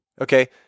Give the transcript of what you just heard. Okay